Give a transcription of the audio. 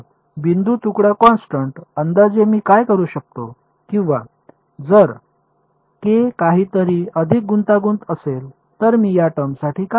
तर बिंदू तुकडा कॉन्स्टन्ट अंदाजे मी करू शकतो किंवा जर के काहीतरी अधिक गुंतागुंत असेल तर मी या टर्मसाठी काय करेन